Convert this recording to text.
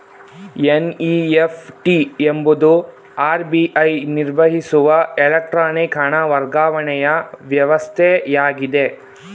NEFT ಎಂಬುದು RBI ನಿರ್ವಹಿಸುವ electronic ಹಣ ವರ್ಗಾವಣೆಯ ವ್ಯವಸ್ಥೆಯಾಗಿದೆ